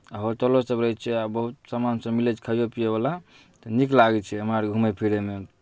होटलोसभ रहै छै आ बहुत सामानसभ मिलै छै खाइओ पियैवला तऽ नीक लागै छै हमरा अरके घूमै फिरैमे